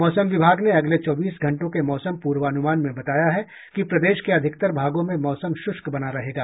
मौसम विभाग ने अगले चौबीस घंटों के मौसम पूर्वानुमान में बताया है कि प्रदेश के अधिकतर भागों में मौसम शुष्क बना रहेगा